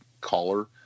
collar